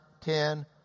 ten